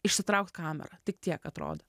išsitraukt kamerą tik tiek atrodo